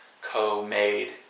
co-made